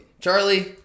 Charlie